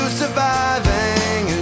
surviving